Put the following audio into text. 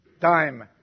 time